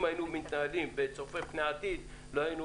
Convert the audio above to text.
אם היינו צופים פני העתיד לא היינו